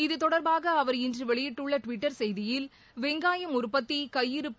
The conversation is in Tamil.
இது தொடர்பாக அவர் இன்று வெளியிட்டுள்ள டுவிட்டர் செய்தியில் வெங்காயம் உற்பத்தி கையிருப்பு